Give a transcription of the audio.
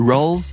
Roll